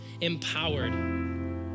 empowered